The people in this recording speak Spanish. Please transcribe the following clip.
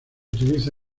utiliza